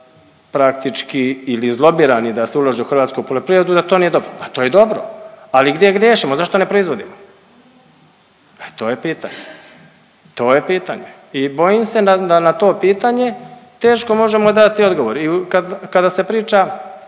praktički ili izlobirani da se ulaže u hrvatsku poljoprivredu da to nije dobro, pa to je dobro, ali gdje griješimo, zašto ne proizvodimo. E to je pitanje. To je pitanje. I bojim se da na to pitanje teško možemo dati odgovor. I kada se priča